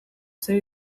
zer